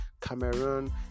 Cameroon